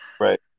right